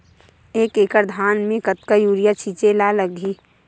एक एकड़ धान में कतका यूरिया छिंचे ला लगही?